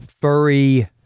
furry